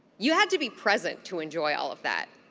you had to be present to enjoy all of that.